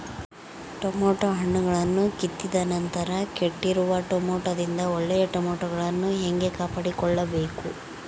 Tomato ಹಣ್ಣುಗಳನ್ನು ಕಿತ್ತಿದ ನಂತರ ಕೆಟ್ಟಿರುವ ಟೊಮೆಟೊದಿಂದ ಒಳ್ಳೆಯ ಟೊಮೆಟೊಗಳನ್ನು ಹೇಗೆ ಕಾಪಾಡಿಕೊಳ್ಳಬೇಕು?